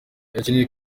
yakinnye